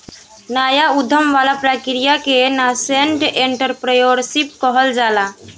नाया उधम वाला प्रक्रिया के नासेंट एंटरप्रेन्योरशिप कहल जाला